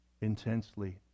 intensely